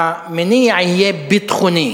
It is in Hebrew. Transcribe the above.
שהמניע יהיה ביטחוני,